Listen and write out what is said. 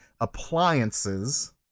appliances